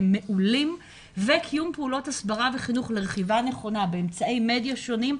הם מעולים; קיום פעולות הסברה וחינוך לרכיבה נכונה באמצעי מדיה שונים,